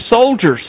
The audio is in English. soldiers